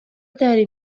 داری